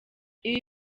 ibi